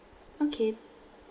okay